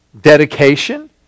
dedication